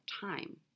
time